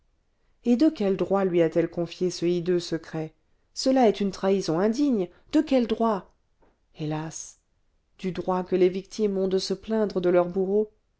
et de quel droit lui a-t-elle confié ce hideux secret cela est une trahison indigne de quel droit hélas du droit que les victimes ont de se plaindre de leur bourreau